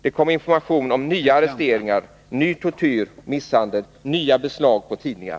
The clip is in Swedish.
Det kommer information om nya arresteringar, ny tortyr och misshandel och nya beslag på tidningar.